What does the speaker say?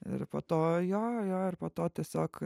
ir po to jo jo jo ir po to tiesiog